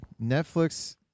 netflix